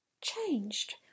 changed